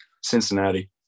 Cincinnati